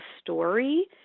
story